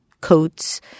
coats